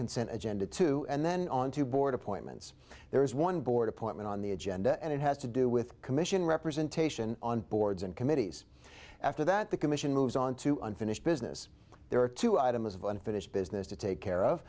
consent agenda two and then on two board appointments there is one board appointment on the agenda and it has to do with commission representation on boards and committees after that the commission moves on to unfinished business there are two items of unfinished business to take care of